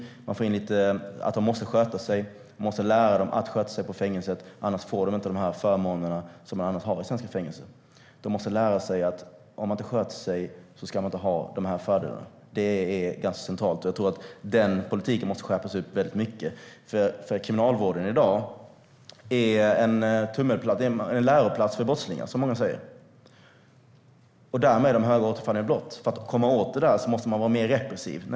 De måste lära sig att sköta sig på fängelset, annars får de inga förmåner och fördelar. Det är centralt. Denna politik måste skärpas. I dag är kriminalvården är en läroplats för brottslingar, och därför återfaller många i brott. För att komma åt det måste kriminalvården vara mer repressiv.